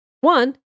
one